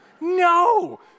No